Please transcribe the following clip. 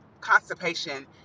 constipation